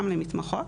גם למתמחות,